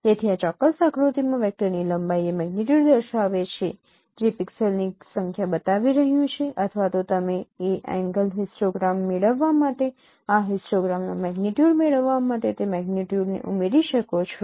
તેથી આ ચોક્કસ આકૃતિમાં વેક્ટરની લંબાઈ એ મેગ્નીટ્યુડ દર્શાવે છે જે પિક્સેલ્સની સંખ્યા બતાવી રહ્યું છે અથવા તો તમે એ એંગલ હિસ્ટોગ્રામ મેળવવા માટે આ હિસ્ટોગ્રામનો મેગ્નીટ્યુડ મેળવવા માટે તે મેગ્નીટ્યુડને ઉમેરી શકો છો